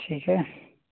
ठीक है